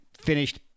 finished